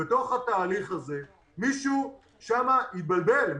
בתוך התהליך הזה מישהו שם התבלבל.